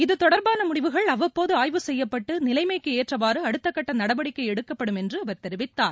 இத்தொடர்பானன முடிவுகள் அவ்வப்போது ஆய்வு செய்யப்பட்டு நிலைமைக்கு ஏற்றவாறு அடுத்த கட்ட நடவடிக்கை எடுக்கப்படும் என்று அவர் தெரிவித்தார்